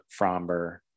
Fromber